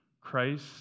Christ